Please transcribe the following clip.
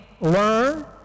learn